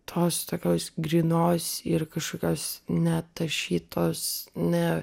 tos tokios grynos ir kažkokios netašytos ne